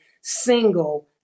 single